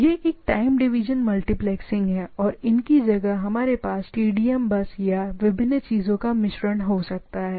यह एक time division multiplexing है और इनकी जगह हमारे पास TDM बस या विभिन्न चीजों का मिश्रण हो सकता है